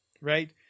right